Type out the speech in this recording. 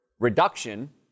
Reduction